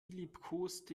liebkoste